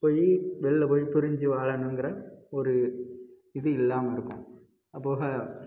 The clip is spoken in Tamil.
போய் வெளில போய் பிரிஞ்சு வாழணுங்குற ஒரு இது இல்லாமல் இருக்கும் அதுபோக